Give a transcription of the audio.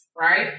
right